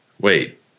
Wait